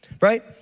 right